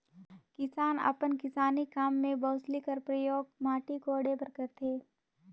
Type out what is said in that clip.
किसान अपन किसानी काम मे बउसली कर परियोग माटी कोड़े बर करथे